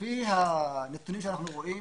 פי הנתונים שאנחנו רואים